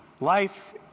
life